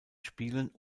spielen